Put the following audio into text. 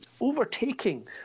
overtaking